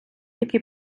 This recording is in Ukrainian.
який